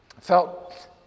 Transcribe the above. felt